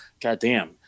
goddamn